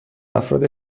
افراد